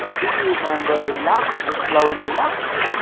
do you remember relax, explode and relax?